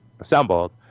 assembled